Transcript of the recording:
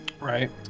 Right